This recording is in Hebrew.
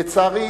לצערי,